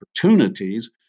opportunities